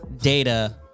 data